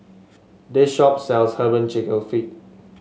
this shop sells herbal chicken feet